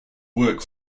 work